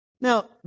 Now